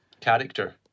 character